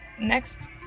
next